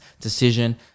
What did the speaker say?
decision